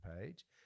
page